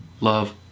love